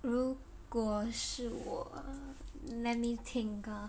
如果是我 let me think ah